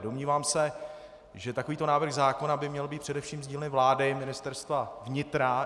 Domnívám se, že takovýto návrh zákona by měl být především z dílny vlády, Ministerstva vnitra.